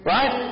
Right